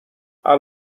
اما